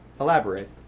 Elaborate